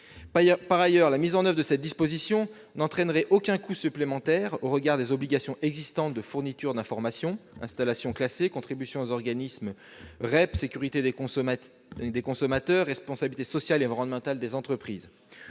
Par ailleurs, la mise en oeuvre de cette disposition n'entraînerait aucun coût supplémentaire au regard des obligations existantes de fourniture d'informations concernant les installations classées, les contributions aux organismes à REP, la sécurité des consommateurs, la responsabilité sociale et environnementale des entreprises.